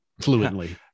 fluently